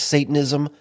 Satanism